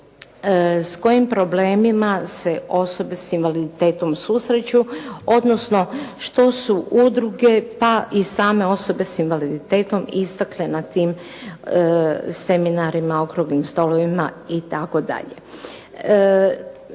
s kojim problemima se osobe s invaliditetom susreću, odnosno što su udruge, pa i same osobe s invaliditetom istakle na tim seminarima, okruglim stolovima itd.